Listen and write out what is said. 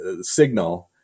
signal